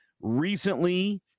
recently